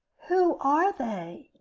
who are they?